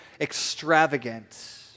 extravagant